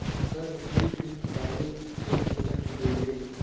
Sir बिजली bill चुकाबे की छे केना चुकेबे?